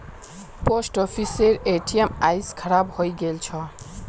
post ऑफिसेर ATM आइज खराब हइ गेल छ